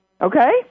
Okay